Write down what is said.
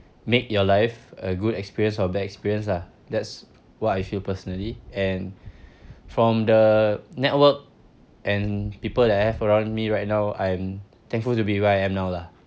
make your life a good experience or bad experience lah that's what I feel personally and from the network and people that I have around me right now I'm thankful to be where I am now lah